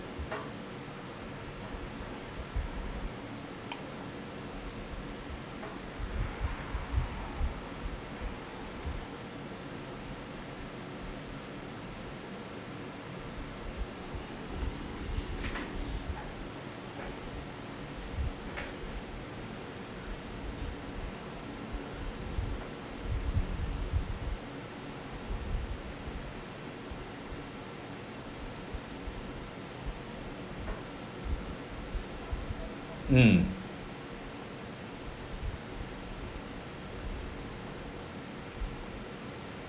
mm